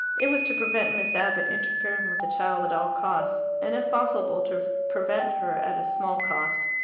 it was to prevent miss abbott interfering with the child at all costs, and if possible to prevent her at a small cost.